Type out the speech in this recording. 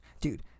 Dude